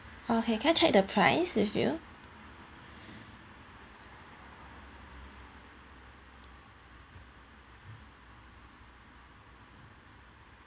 okay can I check the price with you